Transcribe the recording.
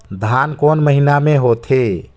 धान कोन महीना मे होथे?